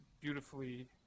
beautifully